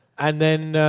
and then,